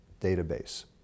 database